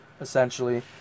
essentially